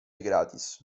gratis